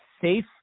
safe